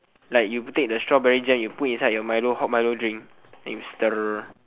like you take the strawberry jam you put inside your milo hot milo drink then you stir